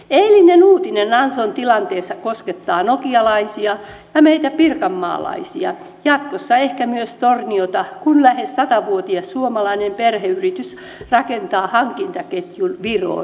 eilinen uutinen nanson tilanteesta koskettaa nokialaisia ja meitä pirkanmaalaisia jatkossa ehkä myös torniota kun lähes satavuotias suomalainen perheyritys rakentaa hankintaketjun viroon